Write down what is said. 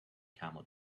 camel